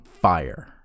fire